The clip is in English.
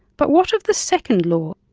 but what of the second law?